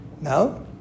No